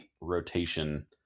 rotation